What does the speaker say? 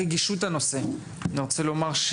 אני רוצה לומר,